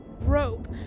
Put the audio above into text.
Rope